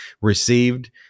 received